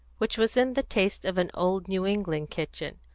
which was in the taste of an old new england kitchen,